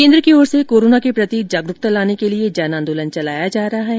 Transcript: केन्द्र सरकार की ओर से कोरोना के प्रति जागरूकता लाने के लिए जन आंदोलन चलाया जा रहा है